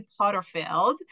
Potterfield